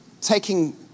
taking